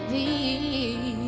e